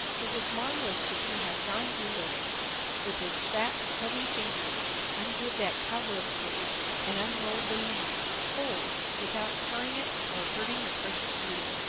it was marvelous to see how john dolittle with his fat heavy fingers undid that cobweb cord and unrolled the leaf, whole, without tearing it or hurting the precious beetle.